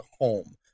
home